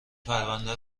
پرونده